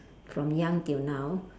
from young till now